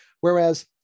Whereas